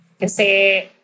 Kasi